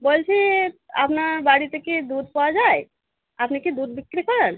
বলছি আপনার বাড়িতে কি দুধ পাওয়া যায় আপনি কি দুধ বিক্রি করেন